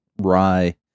rye